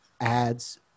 ads